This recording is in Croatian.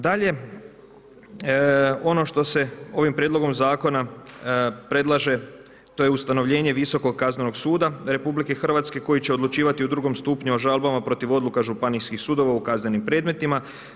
Dalje, ono što se ovim prijedlogom zakona predlaže, to je ustanovljenje Visokog kaznenog suda RH koji će odlučivati u II. stupnju o žalbama protiv odluka Županijskih sudova u kaznenim predmetima.